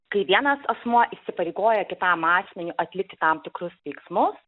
kai vienas asmuo įsipareigoja kitam asmeniui atlikti tam tikrus veiksmus